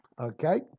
okay